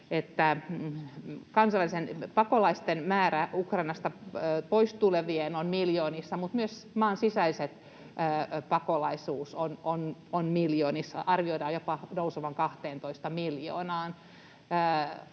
että kansainvälisten pakolaisten, Ukrainasta pois tulevien määrä on miljoonissa, mutta myös maan sisäinen pakolaisuus on miljoonissa, arvioidaan nousevan jopa 12 miljoonaan.